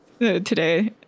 today